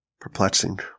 perplexing